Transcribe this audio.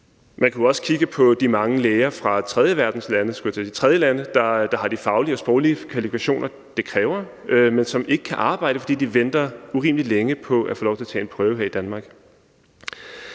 Man kunne jo også kigge på de mange læger fra tredjelande, der har de faglige og sproglige kvalifikationer, det kræver, men som ikke kan arbejde, fordi de venter urimelig længe på at få lov til at tage en prøve her i Danmark.